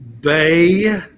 Bay